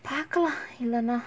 பாகலா இல்லனா:paakalaa illanaa